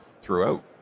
throughout